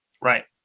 right